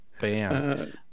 Bam